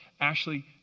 Ashley